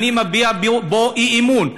אני מביע בו אי-אמון,